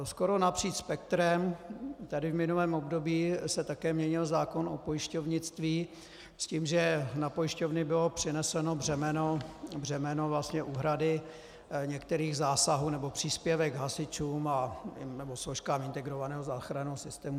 Skoro napříč spektrem tady v minulém období se také měnil zákon o pojišťovnictví s tím, že na pojišťovny bylo přeneseno břemeno úhrady některých zásahů nebo příspěvek hasičům nebo složkám integrovaného záchranného systému.